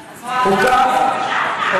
לא,